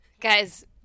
Guys